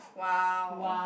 !wow!